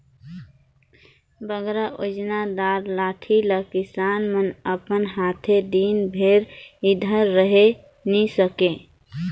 बगरा ओजन दार लाठी ल किसान मन अपन हाथे दिन भेर धइर रहें नी सके